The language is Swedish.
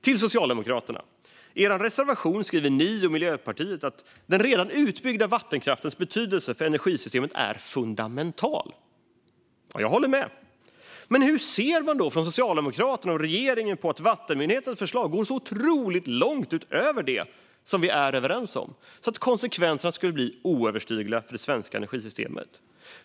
Till Socialdemokraterna: I er reservation skriver ni och Miljöpartiet att den redan utbyggda vattenkraftens betydelse för det svenska energisystemet är fundamental, och jag håller med om det. Men hur ser då Socialdemokraterna och regeringen på att vattenmyndigheternas förslag går så otroligt långt utöver det som vi är överens om, så att konsekvenserna skulle bli oöverstigliga för det svenska energisystemet?